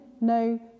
no